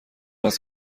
است